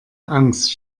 angst